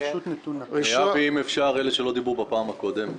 אם אפשר, אלה שלא דיברו בפעם הקודמת.